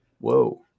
Whoa